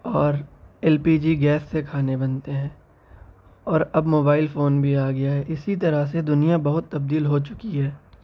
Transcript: اور L P G gas سے کھانے بنتے ہیں اور اب موبائل فون بھی آ گیا ہے اسی طرح سے دنیا بہت تبدیل ہو چکی ہے